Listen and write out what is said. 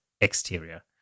exterior